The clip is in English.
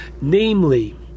Namely